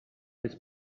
his